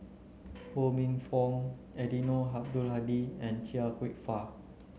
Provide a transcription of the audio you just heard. Ho Minfong Eddino Abdul Hadi and Chia Kwek Fah